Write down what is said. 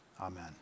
Amen